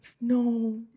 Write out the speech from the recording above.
No